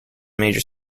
major